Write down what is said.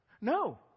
No